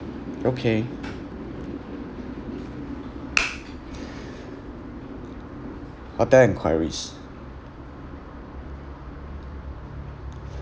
okay hotel enquiries